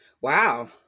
Wow